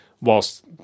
whilst